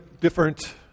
different